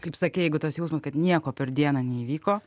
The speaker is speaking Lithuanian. kaip sakei jeigu tas jausmas kad nieko per dieną neįvyko